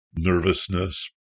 nervousness